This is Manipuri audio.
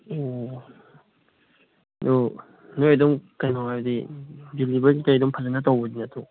ꯑꯣ ꯑꯗꯨ ꯅꯣꯏ ꯑꯗꯨꯝ ꯀꯩꯅꯣ ꯍꯥꯏꯕꯗꯤ ꯗꯤꯂꯤꯚꯔꯤ ꯀꯩꯀꯩ ꯑꯗꯨꯝ ꯐꯖꯅ ꯇꯧꯕꯗꯤ ꯅꯠꯇ꯭ꯔꯣ